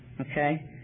okay